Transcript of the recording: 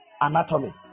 anatomy